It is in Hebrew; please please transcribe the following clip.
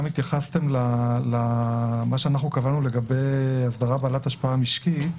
התייחסתם גם אל מה שאנחנו קבענו לגבי אסדרה בעלת השפעה משקית.